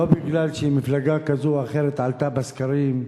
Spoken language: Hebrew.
לא מפני שמפלגה כזו או אחרת עלתה בסקרים,